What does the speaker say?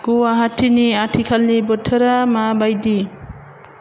गुवाहाटिनि आथिखालनि बोथोरा माबायदि